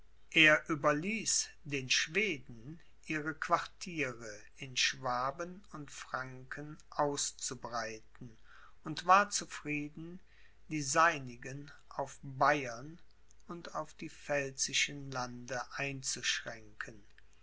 er überließ den schweden ihre quartiere in schwaben und franken auszubreiten und war zufrieden die seinigen auf bayern und auf die pfälzischen lande einzuschränken